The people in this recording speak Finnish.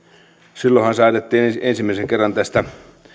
silloinhan säädettiin ensimmäisen kerran tästä